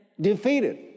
defeated